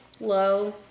Low